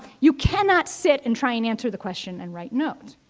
you cannot sit and try and answer the question and write notes.